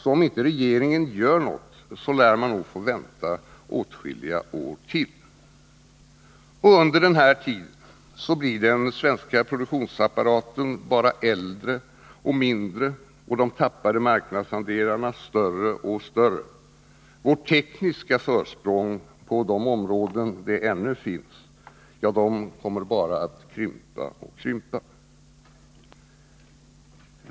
Så om inte regeringen gör något lär man få vänta åtskilliga år till. Och under den här tiden blir den svenska produktionsapparaten bara äldre och mindre, och de tappade marknadsandelarna blir större och större. Vårt tekniska försprång på de områden där det ännu finns kommer bara att krympa och krympa.